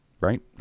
Right